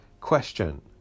question